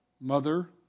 mother